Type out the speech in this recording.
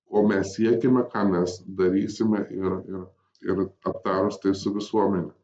o mes siekiame ką mes darysime ir ir ir aptarus tai su visuomene